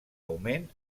augment